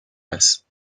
است